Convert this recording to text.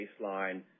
baseline